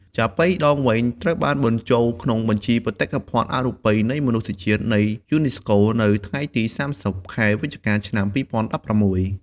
ចាប៉ីដងវែងត្រូវបានបញ្ជូលក្នុងបញ្ជីបេតិកភណ្ឌអរូបីនៃមនុស្សជាតិនៃយូនេស្កូ នៅថ្ងៃទី៣០ ខែវិច្ឆិកា ឆ្នាំ២០១៦។